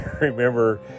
remember